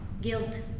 guilt